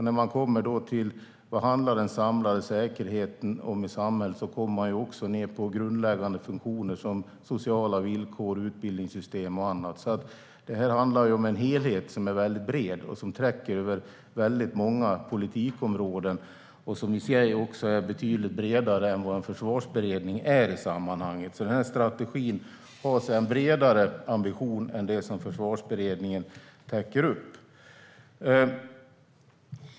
När man då kommer till vad den samlade säkerheten i samhället handlar om kommer man ned på grundläggande funktioner som sociala villkor, utbildningssystem och annat. Detta handlar alltså om en helhet som är mycket bred och som täcker många politikområden. Den är också betydligt bredare än vad en försvarsberedning är i sammanhanget. Denna strategi har så att säga en bredare ambition än det som Försvarsberedningen täcker upp.